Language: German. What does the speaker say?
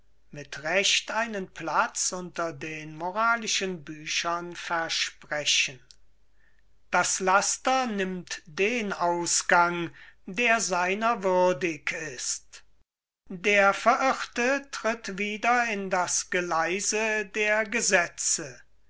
mit recht einen platz unter den moralischen büchern versprechen das laster nimmt den ausgang der seiner würdig ist der verirrte tritt wieder in das geleise der gesetze